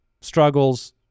struggles